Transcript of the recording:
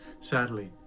Sadly